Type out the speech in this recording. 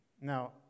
Now